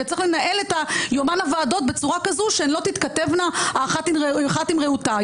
צריך לנהל את יומן הוועדות בצורה כזאת שהן לא תתכתבנה אחת עם רעותה.